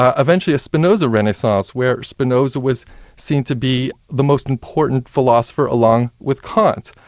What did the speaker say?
ah eventually a spinoza renaissance, where spinoza was seen to be the most important philosopher along with kant.